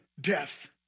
death